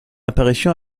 apparition